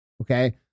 Okay